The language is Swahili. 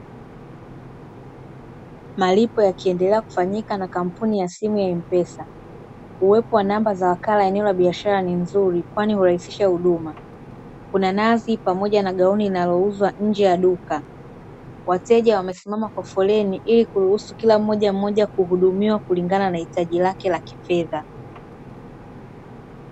Malipo ya kiendelea kufanyika na kampuni ya simu ya M-pesa, uwepo wa namba za wakala kwenye eneo la biashara ni mzuri, kwani hurahisisha huduma, kuna nazi pamoja na gauni linalouzwa nje ya duka, wateja wamesimama kwa foleni ili kuruhusu kila mmojammoja kuhudumiwa kulingana na hitaji lake la kifedha.